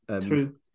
True